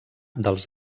dels